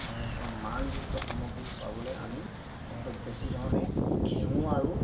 আৰু ইহঁতক মানযুক্ত সামগ্ৰী পাবলে আমি ইহঁতক বেছি ধৰণে ঘেঁহু আৰু